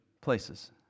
places